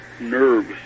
nerves